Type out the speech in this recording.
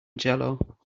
jello